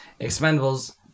Expendables